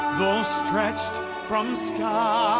though stretched from sky